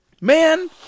Man